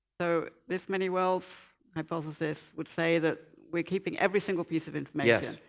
so this many worlds hypothesis would say that we're keeping every single piece of information.